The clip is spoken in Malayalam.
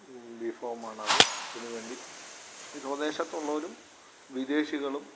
ബിഫോമാണത് ഇതിന് വേണ്ടി വിനോദേശത്തുള്ളവരും വിദേശികളും